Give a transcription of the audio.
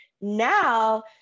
Now